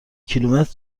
کیلومتر